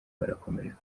barakomereka